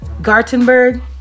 Gartenberg